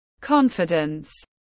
confidence